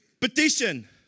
Petition